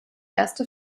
erste